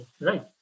right